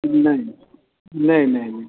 जी नहीं नहीं नहीं नहीं